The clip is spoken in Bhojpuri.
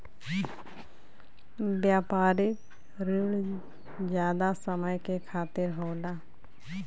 व्यापारिक रिण जादा समय के खातिर होला